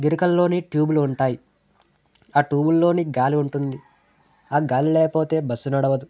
గిరికల్లోని ట్యూబ్లు ఉంటాయి ఆ ట్యూబుల్లోని గాలి ఉంటుంది ఆ గాలి లేకపోతే బస్సు నడవదు